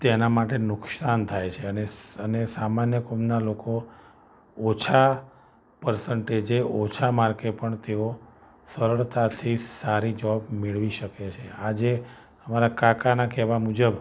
તેના માટે નુકશાન થાય છે અને અને સામાન્ય કોમના લોકો ઓછા પરસેન્ટેજ ઓછા માર્કે પણ તેઓ સરળતાથી સારી જોબ મેળવી શકે છે આજે અમારા કાકાના કહેવા મુજબ